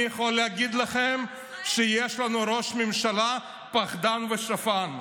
אני יכול להגיד לכם שיש לנו ראש ממשלה פחדן ושפן.